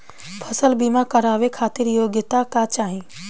फसल बीमा करावे खातिर योग्यता का चाही?